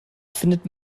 findet